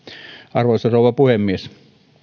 arvoisa rouva puhemies